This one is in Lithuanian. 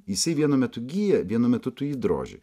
jisai vienu metu gyja vienu metu tu jį droži